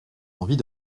envies